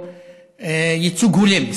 ייצוג הולם,